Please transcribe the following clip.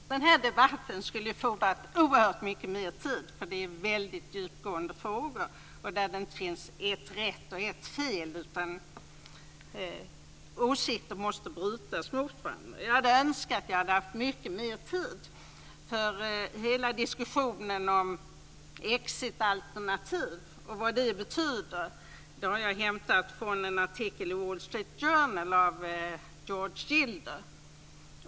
Fru talman! Den här debatten skulle ju ha fordrat oerhört mycket mer tid, för det är väldigt djupgående frågor där det inte finns ett rätt och ett fel. Åsikter måste brytas mot varandra. Jag hade önskat att vi hade haft mycket mer tid för hela diskussionen om exit-alternativ. Vad det betyder har jag hämtat från en artikel ur Wall Street Journal av George Gilder.